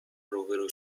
روبرو